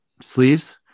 sleeves